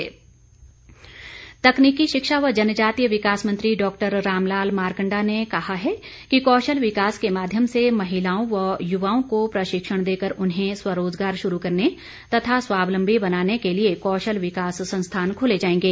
मारकंडा तकनीकी शिक्षा व जनजातीय विकास मंत्री डॉक्टर रामलाल मारकंडा ने कहा है कि कौशल विकास के माध्यम से महिलाओं व युवाओं को प्रशिक्षण देकर उन्हें स्वरोजगार शुरू करने तथा स्वावलंबी बनाने के लिए कौशल विकास संस्थान खोले जाएंगे